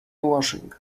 washing